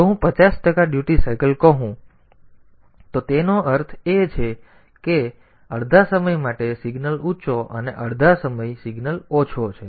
તેથી જો હું 50 ટકા ડ્યુટી સાયકલ કહું તો તેનો અર્થ એ છે કે અડધા સમય માટે સિગ્નલ ઊંચો અને અડધો સમય સિગ્નલ ઓછો છે